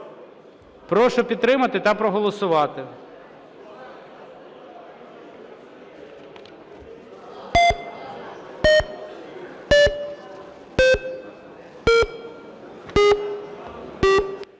Прошу підтримати та проголосувати.